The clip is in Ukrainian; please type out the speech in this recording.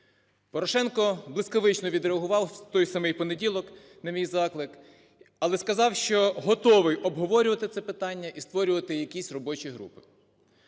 Порошенко блискавично відреагував в той самий понеділок на мій заклик, але сказав, що готовий обговорювати це питання і створювати якісь робочі групи.